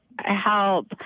help